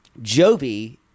Jovi